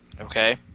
okay